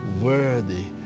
worthy